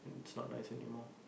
it's not nice anymore